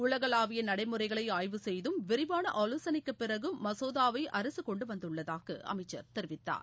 உலகளாவிய நடைமுறைகளை ஆய்வு செய்தும் விரிவான ஆவோசனைக்கு பிறகும் மசோதாவை அரசு கொண்டு வந்துள்ளதாக அமைச்சர் தெரிவித்தார்